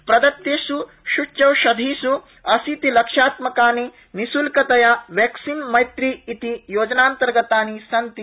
प्रदत्तेषु सूच्यौषधिषु अशीतिलक्षात्मकानि निशुल्कतया वैक्सिन मैत्री इति योजनान्तर्गतानि सन्ति